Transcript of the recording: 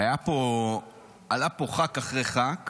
ועלה לפה ח"כ אחרי ח"כ